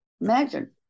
Imagine